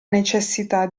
necessità